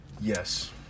Yes